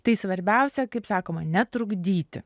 tai svarbiausia kaip sakoma netrukdyti